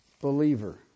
believer